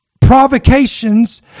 provocations